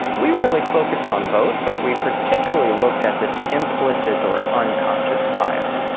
we really focused on both but we particularly looked at this implicit or unconscious bias.